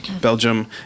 Belgium